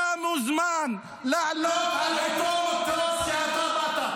אתה מוזמן לעלות על אותו מטוס שאתה באת.